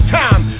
time